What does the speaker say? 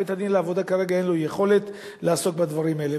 בית-הדין לעבודה כרגע אין לו יכולת לעסוק בדברים האלה.